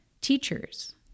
teachers